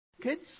Kids